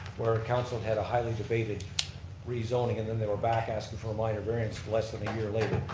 where council had a highly debated rezoning, and then they were back asking for a minor variance less than a year later.